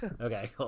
Okay